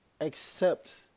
accept